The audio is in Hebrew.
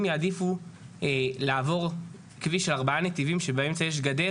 יעדיפו לעבור כביש של ארבעה נתיבים שבאמצע יש גדר,